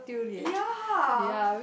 ya